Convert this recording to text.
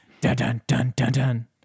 dun-dun-dun-dun-dun